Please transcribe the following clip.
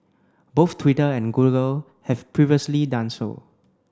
both Twitter and Google have previously done so